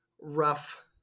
rough